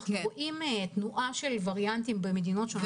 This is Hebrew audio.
אנחנו רואים תנועה של וריאנטים במדינות שונות בעולם.